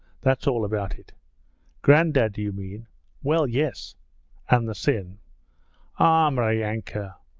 that's all about it grandad, do you mean well, yes and the sin ah, maryanka!